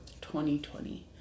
2020